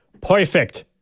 Perfect